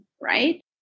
right